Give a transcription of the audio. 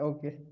Okay